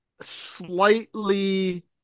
slightly